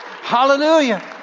Hallelujah